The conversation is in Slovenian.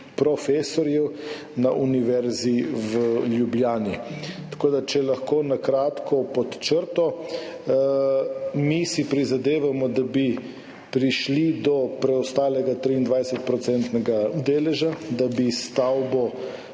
profesorjev na Univerzi v Ljubljani. Če lahko na kratko pod črto – mi si prizadevamo, da bi prišli do preostalega 23-odstotnega deleža, da bi stavbo